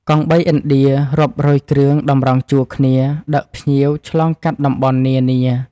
កង់បីឥណ្ឌារាប់រយគ្រឿងតម្រង់ជួរគ្នាដឹកភ្ញៀវឆ្លងកាត់តំបន់នានា។